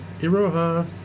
Iroha